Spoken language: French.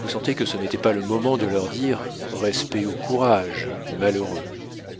vous sentez que ce n'était pas le moment de leur dire respect au courage malheureux